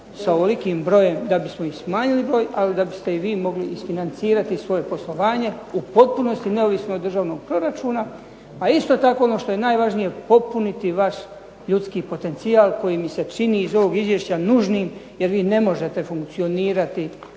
sa ovolikim brojem da bismo i smanjili broj, ali da biste i vi mogli isfinancirati svoje poslovanje u potpunosti neovisno od državnog proračuna. A isto tako, ono što je najvažnije, upotpuniti vaš ljudski potencijal koji mi se čini iz ovog izvješća nužnim jer vi ne možete funkcionirati